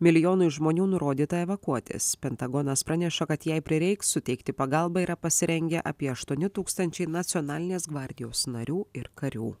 milijonui žmonių nurodyta evakuotis pentagonas praneša kad jei prireiks suteikti pagalbą yra pasirengę apie aštuoni tūkstančiai nacionalinės gvardijos narių ir karių